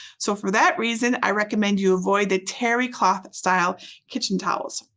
so for that reason, i recommend you avoid the terry cloth style kitchen towels.